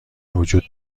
وجود